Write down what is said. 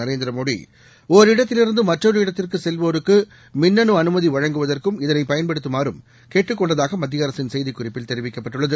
நரேந்திரமோடி ஒரிடத்திலிருந்து மற்றொரு இடத்திற்கு செல்வோருக்கு மின்னனு அனுமதி வழங்குவதற்கும் இதனை பயன்படுத்துமாறும் கேட்டுக் கொண்டதாக மத்திய அரசின் செய்திக் குறிப்பில் தெரிவிக்கப்பட்டுள்ளது